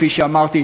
כפי שאמרתי,